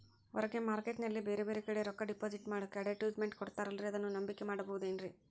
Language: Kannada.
ಹೊರಗೆ ಮಾರ್ಕೇಟ್ ನಲ್ಲಿ ಬೇರೆ ಬೇರೆ ಕಡೆ ರೊಕ್ಕ ಡಿಪಾಸಿಟ್ ಮಾಡೋಕೆ ಅಡುಟ್ಯಸ್ ಮೆಂಟ್ ಕೊಡುತ್ತಾರಲ್ರೇ ಅದನ್ನು ನಂಬಿಕೆ ಮಾಡಬಹುದೇನ್ರಿ?